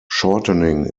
shortening